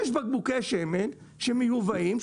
יש בקבוקי שמן שמיובאים,